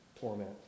torment